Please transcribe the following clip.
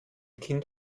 kind